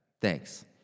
Thanks